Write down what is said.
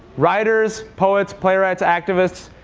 writers, poets, playwrights, activists,